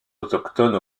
autochtone